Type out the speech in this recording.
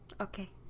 Okay